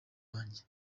wanjye